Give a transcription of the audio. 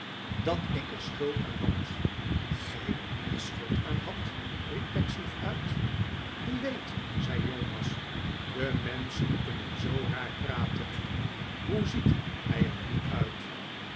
dat ik er schuld aan had g ij er schuld aan hadt riep pecksniff uit wie weet zei jonas de menschen kunnen zoo raar praten hoe ziet hij er nu uit